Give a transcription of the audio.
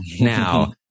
now